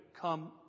come